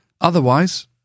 Otherwise